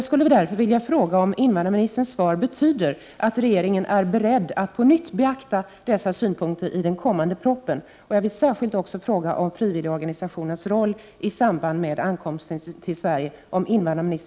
Betyder invandrarministerns svar att regeringen är beredd att på nytt beakta dessa synpunkter i den kommande propositionen? Avser invandrarministern att ta vara på erbjudandet om frivilligorganisationernas roll i samband med ankomsten till Sverige?